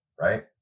right